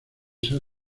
ser